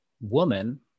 woman